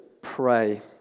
pray